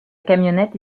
camionnette